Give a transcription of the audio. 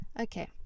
Okay